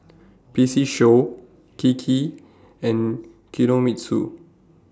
P C Show Kiki and Kinohimitsu